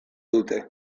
dute